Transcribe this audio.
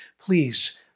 please